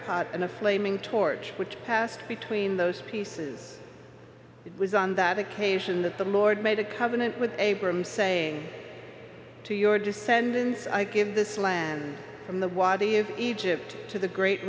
pot and a flaming torch which passed between those pieces it was on that occasion that the lord made a covenant with abraham saying to your descendants i give this land from the wadi of egypt to the great